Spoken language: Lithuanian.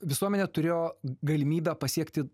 visuomenė turėjo galimybę pasiekti